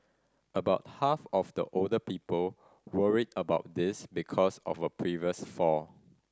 about half of the older people worry about this because of a previous fall